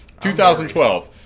2012